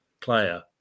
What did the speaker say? player